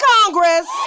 Congress